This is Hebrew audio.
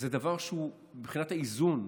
זה דבר שמבחינת האיזון,